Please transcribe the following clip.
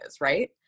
Right